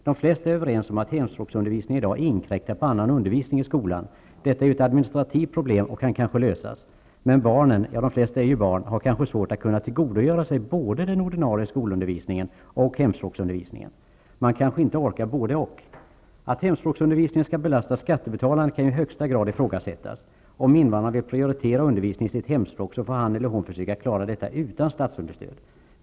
De flesta är överens om att hemspråksundervisningen inkräktar på annan undervisning i skolan i dag. Detta är ju ett administrativt problem och kan kanske lösas. Men barnen -- de flesta är ju barn -- har kanske svårt att kunna tillgodogöra sig både den ordinarie skolundervisningen och hemspråksundervisningen. Man kanske inte orkar både-och. Att hemspråksundervisningen skall belasta skattebetalarna kan ju i högsta grad ifrågasättas. Om invandraren vill prioritera undervisning i sitt hemspråk får han eller hon försöka klara detta utan statsunderstöd.